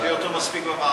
יש לי אותו מספיק בוועדה.